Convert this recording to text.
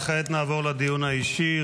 וכעת נעבור לדיון האישי.